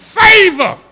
favor